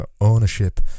ownership